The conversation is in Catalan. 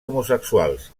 homosexuals